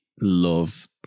love